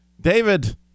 David